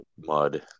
mud